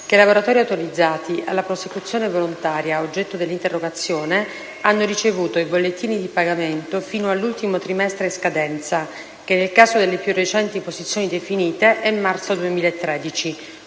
che i lavoratori autorizzati alla prosecuzione volontaria oggetto dell'interrogazione hanno ricevuto i bollettini di pagamento fino all'ultimo trimestre in scadenza che, nel caso delle più recenti posizioni definite, è marzo 2013,